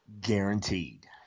guaranteed